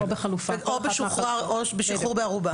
או בשחרור בערובה.